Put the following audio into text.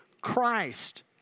Christ